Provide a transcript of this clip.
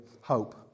hope